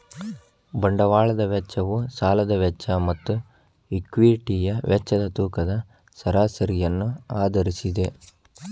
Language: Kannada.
ಬಂಡವಾಳದ ವೆಚ್ಚವು ಸಾಲದ ವೆಚ್ಚ ಮತ್ತು ಈಕ್ವಿಟಿಯ ವೆಚ್ಚದ ತೂಕದ ಸರಾಸರಿಯನ್ನು ಆಧರಿಸಿದೆ